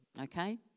Okay